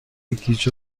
گیج